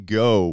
go